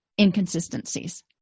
inconsistencies